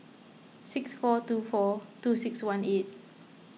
six four two four two six one eight